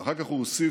ואחר כך הוא הוסיף